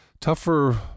tougher